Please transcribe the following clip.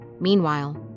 Meanwhile